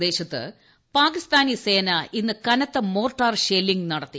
പ്രദേശത്ത് പാകിസ്ഥാനി സേന ഇന്ന് കനത്ത മോർട്ടാർ ഷെല്ലിംഗ് നടത്തി